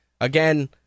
again